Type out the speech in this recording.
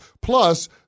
Plus